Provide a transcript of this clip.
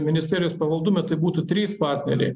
ministerijos pavaldume tai būtų trys partneriai